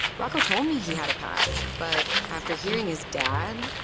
rocco told me he had a past, but after hearing his dad,